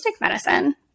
medicine